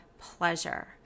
pleasure